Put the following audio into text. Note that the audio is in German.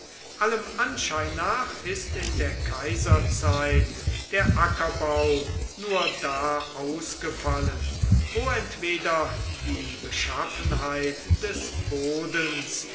allem anschein nach ist in der kaiserzeit der ackerbau nur da ausgefallen wo entweder die beschaffenheit des bodens